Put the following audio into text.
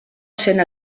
essent